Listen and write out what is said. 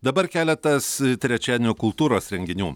dabar keletas trečiadienio kultūros renginių